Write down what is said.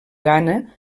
ghana